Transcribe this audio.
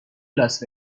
لاس